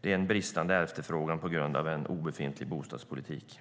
Det är en bristande efterfrågan på grund av en obefintlig bostadspolitik.